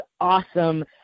awesome